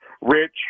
Rich